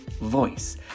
voice